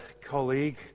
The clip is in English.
colleague